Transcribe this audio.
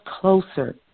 closer